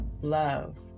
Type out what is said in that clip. love